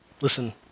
Listen